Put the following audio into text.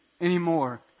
anymore